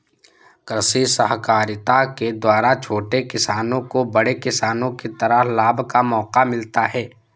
कृषि सहकारिता के द्वारा छोटे किसानों को बड़े किसानों की तरह लाभ का मौका मिलता है